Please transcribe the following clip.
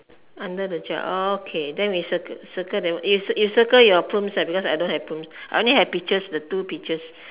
under the chair okay then we circle that you circle your plums because I don't have plums I only have peaches the two peaches